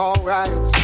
Alright